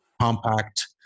compact